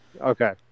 Okay